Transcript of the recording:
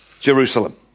Jerusalem